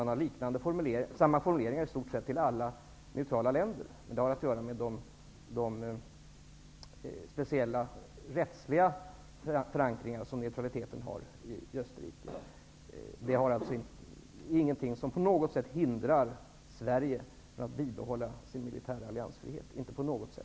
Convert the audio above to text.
Man har i stort sett samma formuleringar när det gäller alla neutrala länder. Det har att göra med de speciella rättsliga förankringar som neutraliteten i Österrike har. Men det hindrar inte på något sätt Sverige att bibehålla sin militära alliansfrihet.